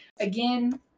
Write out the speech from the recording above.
again